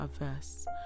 averse